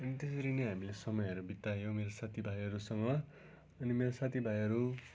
अनि त्यसरी नै हामीले समयहरू बितायौँ मेरो साथीभाइहरूसँग अनि मेरो साथीभाइहरू